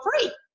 free